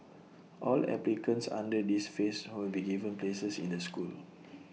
all applicants under this phase be given places in the school